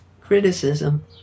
criticism